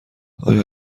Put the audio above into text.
آیا